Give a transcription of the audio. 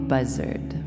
Buzzard